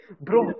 bro